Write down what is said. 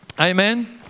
Amen